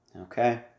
Okay